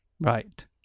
Right